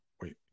wait